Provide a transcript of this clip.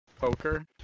poker